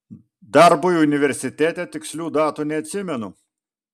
darbui universitete tikslių datų neatsimenu